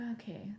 okay